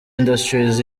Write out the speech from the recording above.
industries